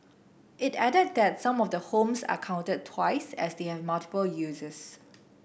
it added that some of the homes are counted twice as they have multiple uses